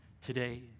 today